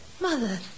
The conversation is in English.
Mother